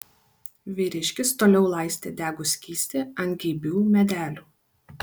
vyriškis toliau laistė degų skystį ant geibių medelių